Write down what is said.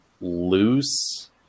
loose